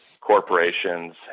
corporations